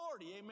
amen